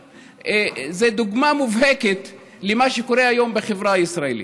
זאת דוגמה מובהקת למה שקורה היום בחברה הישראלית.